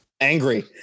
angry